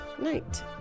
night